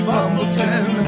Bumbleton